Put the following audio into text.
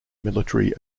military